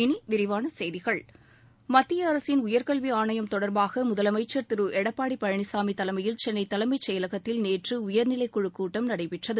இனிவிரிவானசெய்திகள் மத்தியஅரசின் உயர்கல்வி ஆணையம் தொடர்பாகதமிழகமுதலமைச்சர் திருளடப்பாடிபழனிசாமிதலைமையில் சென்னைதலைமைச் செயலகத்தில் நேற்றஉயர்நிலைக்குழுக் கூட்டம் நடைபெற்றது